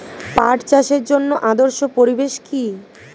পাট চাষের জন্য আদর্শ পরিবেশ কি?